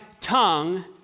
tongue